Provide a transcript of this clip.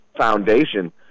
Foundation